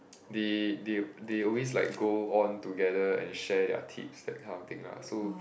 they they they always like go on together and share their tips that kind of thing lah so